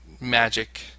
magic